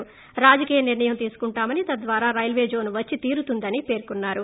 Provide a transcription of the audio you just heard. రాజకీయ నిర్ణయం తీసుకుంటామని తద్వారా రైల్వే జోన్ వచ్చి తీరుతుందని పేర్కొన్నారు